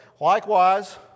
Likewise